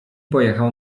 pojechał